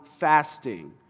fasting